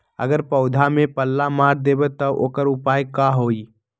अगर पौधा में पल्ला मार देबे त औकर उपाय का होई?